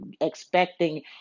expecting